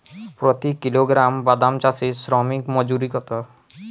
প্রতি কিলোগ্রাম বাদাম চাষে শ্রমিক মজুরি কত?